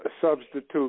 substitute